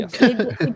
yes